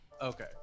Okay